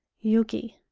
yuki.